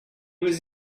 was